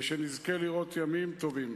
ושנזכה לראות ימים טובים.